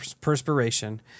perspiration